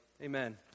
Amen